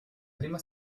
prima